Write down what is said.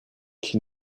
qui